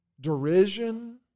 derision